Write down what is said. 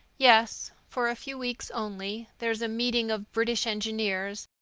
yes, for a few weeks only. there's a meeting of british engineers,